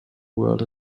world